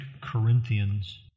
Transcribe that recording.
Corinthians